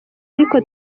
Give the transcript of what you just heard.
ariko